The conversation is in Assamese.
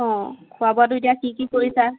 অঁ খোৱা বোৱাতো এতিয়া কি কি কৰিছা